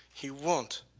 he won't,